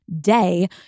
day